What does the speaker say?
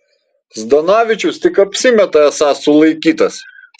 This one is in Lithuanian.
zdanavičius tik apsimeta esąs sulaikytas